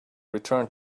return